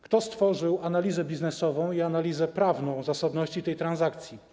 Kto stworzył analizę biznesową i analizę prawną zasadności tej transakcji?